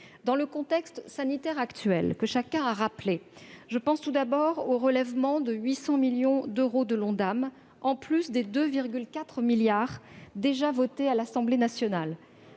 Dans le contexte sanitaire actuel, que chacun a rappelé, je pense en premier lieu au relèvement de 800 millions d'euros de l'Ondam, en plus des 2,4 milliards d'euros déjà votés par l'Assemblée nationale.